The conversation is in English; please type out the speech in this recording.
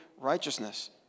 righteousness